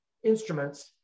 instruments